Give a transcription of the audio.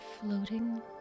floating